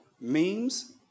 memes